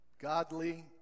Godly